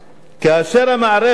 כאשר המערכת,